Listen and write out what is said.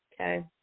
Okay